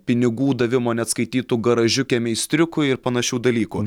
pinigų davimo neatskaitytų garažiuke meistriukų ir panašių dalykų